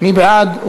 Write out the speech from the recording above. מי בעד?